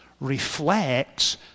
Reflects